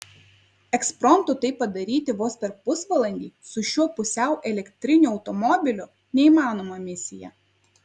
ekspromtu tai padaryti vos per pusvalandį su šiuo pusiau elektriniu automobiliu neįmanoma misija